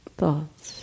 thoughts